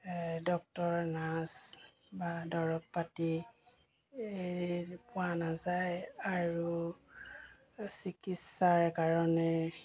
doctor nurse বা দৰৱ পাতি পোৱা নাযায় আৰু চিকিৎসাৰ কাৰণে